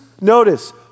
notice